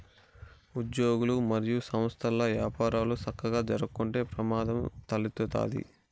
ఉజ్యోగులు, మరియు సంస్థల్ల యపారాలు సక్కగా జరక్కుంటే ప్రమాదం తలెత్తతాది